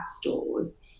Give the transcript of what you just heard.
stores